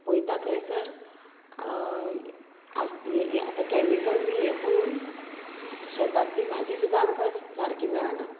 पयता थंयसर आतां कॅमिकल बी हे करून शेतांतली भाजी सुद्दां आमकां सारकी मेळना